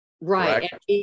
Right